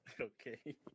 Okay